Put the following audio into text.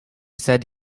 said